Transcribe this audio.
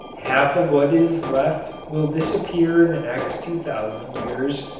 half of what is left will disappear in the next two thousand years,